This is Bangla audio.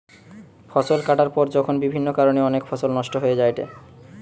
ফসল কাটার পর যখন বিভিন্ন কারণে অনেক ফসল নষ্ট হয়ে যায়েটে